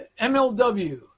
MLW